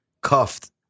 cuffed